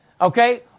okay